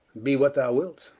be what thou wilt,